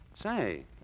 Say